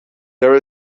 there